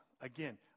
again